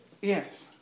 Yes